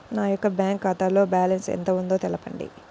నా యొక్క బ్యాంక్ ఖాతాలో బ్యాలెన్స్ ఎంత ఉందో తెలపండి?